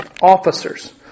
officers